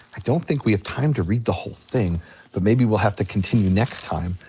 i don't think we have time to read the whole thing but maybe we'll have to continue next time.